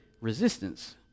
Resistance